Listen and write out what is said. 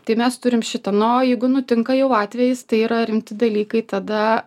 tai mes turim šitą nu o jeigu nutinka jau atvejis tai yra rimti dalykai tada